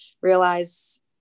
realize